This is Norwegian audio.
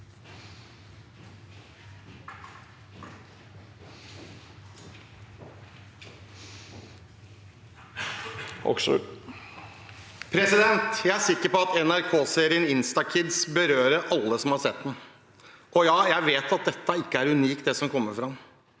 Jeg er sikker på at NRK-serien Instukids berører alle som har sett den. Jeg vet at det ikke er unikt, det som kommer fram.